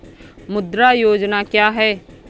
मुद्रा योजना क्या है?